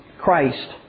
Christ